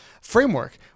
framework